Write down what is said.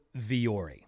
Viore